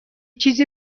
چیزی